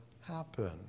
happen